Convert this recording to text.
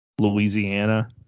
Louisiana